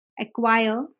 acquire